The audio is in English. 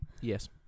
Yes